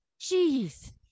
Jeez